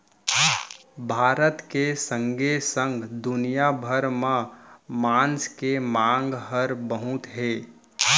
भारत के संगे संग दुनिया भर म मांस के मांग हर बहुत हे